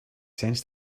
sense